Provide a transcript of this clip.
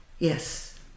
Yes